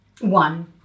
one